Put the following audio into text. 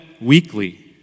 weekly